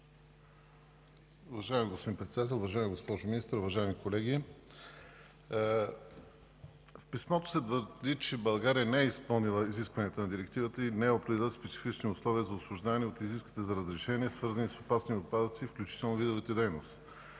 Уважаеми господин Председател, уважаема госпожо Министър, уважаеми колеги! В писмо се твърди, че България не е изпълнила изискванията на Директивата и не е определила специфични условия за освобождаване от изискванията за разрешение, свързани с опасни отпадъци, включително и за видовете дейност.